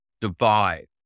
divide